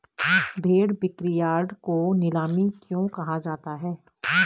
भेड़ बिक्रीयार्ड को नीलामी क्यों कहा जाता है?